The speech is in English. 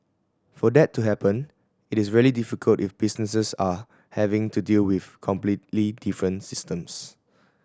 for that to happen it is really difficult if businesses are having to deal with completely different systems